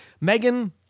Megan